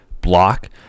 block